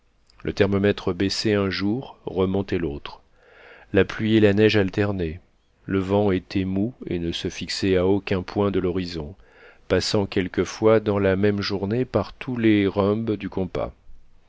le thermomètre baissait un jour remontait l'autre la pluie et la neige alternaient le vent était mou et ne se fixait à aucun point de l'horizon passant quelquefois dans la même journée par tous les rhumbs du compas